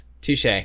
touche